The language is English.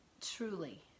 truly